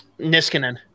Niskanen